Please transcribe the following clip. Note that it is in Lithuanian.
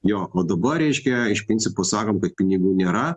jo o dabar reiškia iš principo sakom kad pinigų nėra